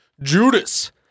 Judas